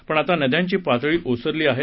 पण आता नद्यांची पाणी पातळी ओसरली आहे